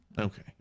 Okay